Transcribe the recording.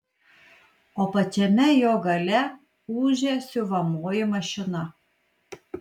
o pačiame jo gale ūžia siuvamoji mašina